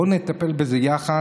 בואו נטפל בזה יחד,